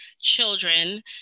children